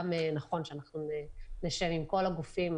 גם נכון שאנחנו נשב עם כל הגופים,